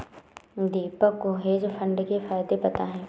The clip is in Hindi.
दीपक को हेज फंड के फायदे पता है